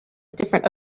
different